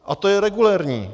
A to je regulérní.